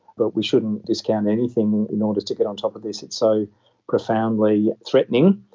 but we shouldn't discount anything in order to get on top of this, it's so profoundly threatening,